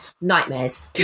nightmares